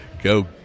go